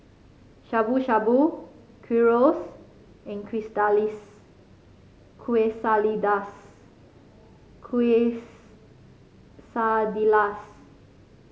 Shabu Shabu Gyros and Quesadillas